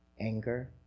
anger